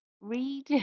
read